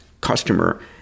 customer